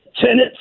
tenants